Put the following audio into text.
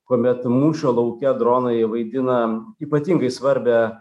kuomet mūšio lauke dronai jie vaidina ypatingai svarbią